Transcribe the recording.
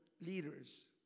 leaders